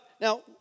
now